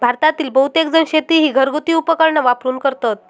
भारतातील बहुतेकजण शेती ही घरगुती उपकरणा वापरून करतत